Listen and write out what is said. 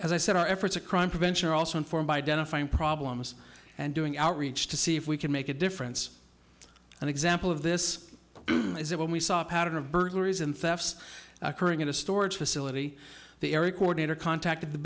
as i said our efforts a crime prevention are also informed by identifying problems and doing outreach to see if we can make a difference an example of this is that when we saw a pattern of burglaries and thefts occurring at a storage facility the erik order contacted the